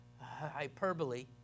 hyperbole